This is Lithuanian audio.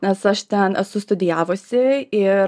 nes aš ten esu studijavusi ir